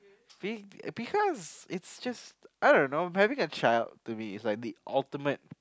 see because it's just I don't know having a child to me is like the ultimate